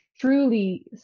truly